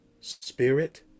spirit